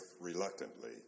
reluctantly